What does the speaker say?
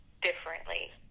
differently